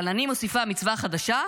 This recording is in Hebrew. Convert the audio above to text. אבל אני מוסיפה מצווה חדשה,